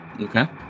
Okay